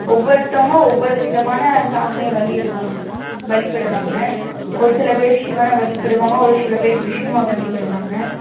ஒவ்வொருத்தவங்க ஒவ்வொரு விதமான சாமியை வளிபடுவாங்க வழிபடுவாங்க ஒரு சில பேர் சிவனை வழிபடுவாங்க ஒரு சில பேர் விஷ்ணுவை வழிபடுவாங்க